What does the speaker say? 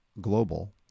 global